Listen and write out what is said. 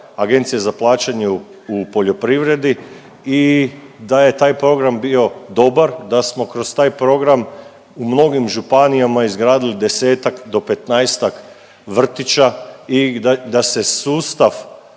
Agencije za plaćanje u poljoprivredi i da je taj program bio dobar, da smo kroz taj program u mnogim županijama izgradili 10-tak do 15-tak vrtića i da se sustav